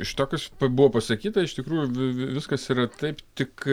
iš to kas buvo pasakyta iš tikrųjų vi viskas yra taip tik